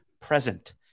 present